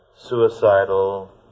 suicidal